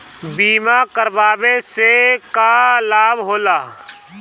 बीमा करावे से का लाभ होला?